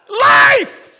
Life